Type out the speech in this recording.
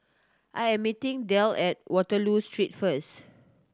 I am meeting Delle at Waterloo Street first